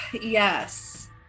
yes